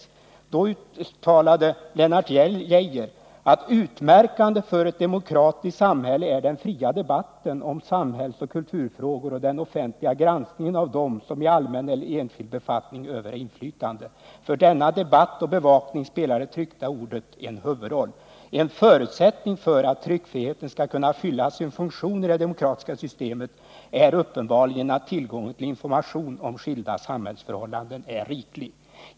Lennart Geijer uttalade i propositionen bl.a. följande: ”Utmärkande för ett demokratiskt samhälle är den fria debatten om samhällsoch kulturfrågor och den offentliga granskningen av dem som i allmän eller enskild befattning övar inflytande. För denna debatt och bevakning spelar det tryckta ordet ——— en huvudroll. En förutsättning för att tryckfriheten skall kunna fylla sin funktion i det demokratiska systemet är uppenbarligen att tillgången till information om skilda samhällsförhållanden ärriklig.